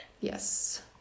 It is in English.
Yes